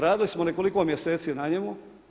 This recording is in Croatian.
Radili smo nekoliko mjeseci na njemu.